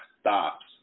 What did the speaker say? stops